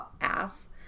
ass